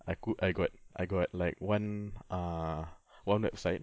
aku I got I got like one uh one website